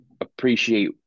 appreciate